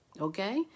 okay